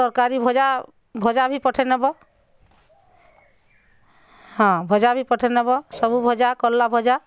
ତରାକରୀ ଭଜା ଭଜା ବି ପଠେଇନେବ ହଁ ଭଜା ବି ପଠେଇନେବ ସବୁ ଭଜା କରଲା ଭଜା